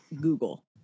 Google